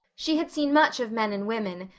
she had seen much of men and women,